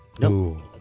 No